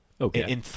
Okay